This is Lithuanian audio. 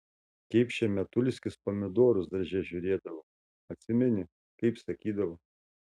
kaip šemetulskis pomidorus darže žiūrėdavo atsimeni kaip sakydavo